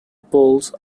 poles